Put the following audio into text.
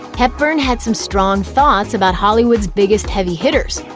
hepburn had some strong thoughts about hollywood's biggest heavy-hitters.